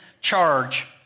charge